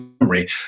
memory